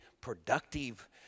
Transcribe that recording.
productive